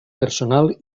personal